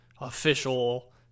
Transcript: official